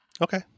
Okay